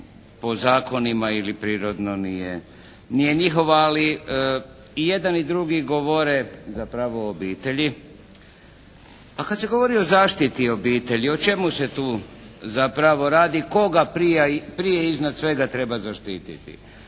po zakonima ili prirodno nije njihovo ali i jedan i drugi govore zapravo o obitelji. A kad se govori o zaštiti obitelji o čemu se tu zapravo radi. Koga prije i iznad svega treba zaštititi.